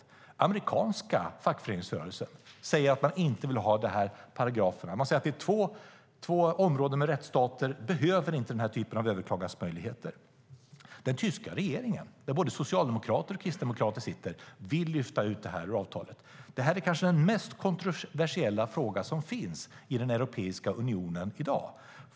Den amerikanska fackföreningsrörelsen säger att man inte vill ha de här paragraferna; man säger att två områden med rättsstater inte behöver den typen av överklagansmöjligheter. Den tyska regeringen, där både socialdemokrater och kristdemokrater sitter, vill lyfta ut det här ur avtalet. Det här är kanske den mest kontroversiella fråga som finns i den europeiska unionen i dag.